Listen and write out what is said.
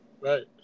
Right